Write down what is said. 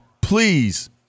please